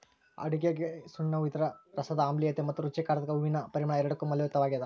ಅಡುಗೆಗಸುಣ್ಣವು ಅದರ ರಸದ ಆಮ್ಲೀಯತೆ ಮತ್ತು ರುಚಿಕಾರಕದ ಹೂವಿನ ಪರಿಮಳ ಎರಡಕ್ಕೂ ಮೌಲ್ಯಯುತವಾಗ್ಯದ